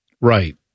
Right